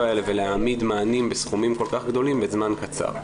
האלה ולהעמיד מענים בסכומים כל כך גדולים בזמן קצר.